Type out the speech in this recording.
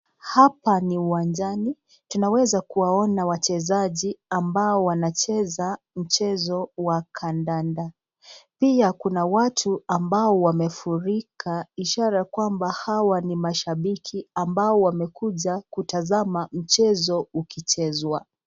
Hapa ni uwanjani, tunaweza kuwaona wachezaji ambao wanacheza mchezo wa kadada. Pia kuna watu ambao wamefurika ishara kwamba hawa ni mashambiki ambao wamekuja kutazama mchezo ukichezwa.